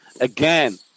again